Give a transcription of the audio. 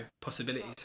possibilities